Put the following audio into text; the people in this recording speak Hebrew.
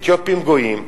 אתיופים גויים,